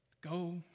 Go